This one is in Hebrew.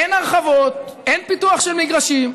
אין הרחבות, אין פיתוח של מגרשים,